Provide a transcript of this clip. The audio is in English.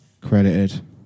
credited